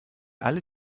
alle